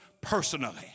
personally